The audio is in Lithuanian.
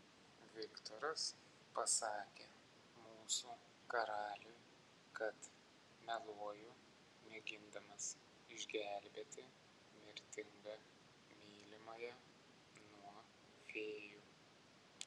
viktoras pasakė mūsų karaliui kad meluoju mėgindamas išgelbėti mirtingą mylimąją nuo fėjų